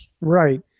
Right